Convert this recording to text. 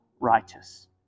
righteous